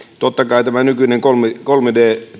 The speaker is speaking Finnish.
totta kai tämä nykyinen kolme kolme d